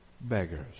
beggars